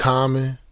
Common